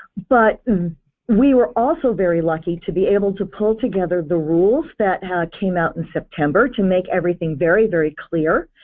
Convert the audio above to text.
but we were also very lucky to be able to pull together the rules that came out in september to make everything very very clear.